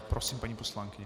Prosím, paní poslankyně.